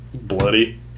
Bloody